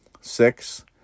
six